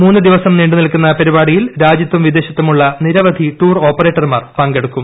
മൂന്ന് ദിവസം നീണ്ടുനിൽക്കുന്ന പരിപാടിയിൽ രാജ്യത്തും വിദേശത്തുമുള്ള നിരവധി ടൂർ ഓപ്പറേറ്റർമാർ പങ്കെടുക്കും